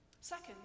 Second